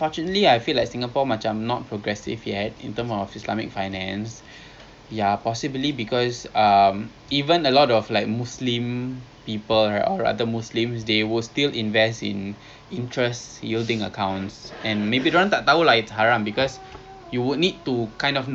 ya ya ya betul betul betul I was looking at um the equivalent of bonds so called a interpreter islamic finance so I mean interesting lah because uh one good thing is our neighbour malaysia they are err they technically malaysia and indonesia they issue a lot of SOCOE so